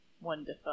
wonderful